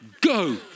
go